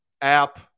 app